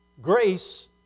grace